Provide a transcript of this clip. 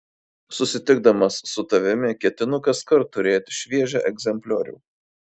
susitikdamas su tavimi ketinu kaskart turėti šviežią egzempliorių